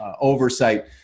oversight